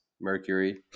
Mercury